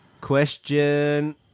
question